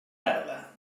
tarda